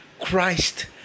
Christ